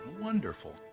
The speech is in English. Wonderful